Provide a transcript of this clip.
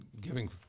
giving